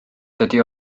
dydi